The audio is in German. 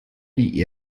die